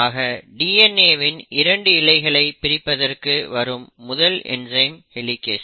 ஆக DNA வின் 2 இழைகளை பிரிப்பதற்கு வரும் முதல் என்சைம் ஹெலிகேஸ்